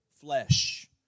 flesh